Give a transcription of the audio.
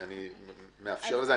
בבקשה,